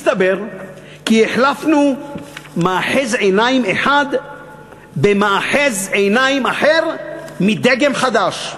מסתבר שהחלפנו מאחז עיניים אחד במאחז עיניים אחר מדגם חדש.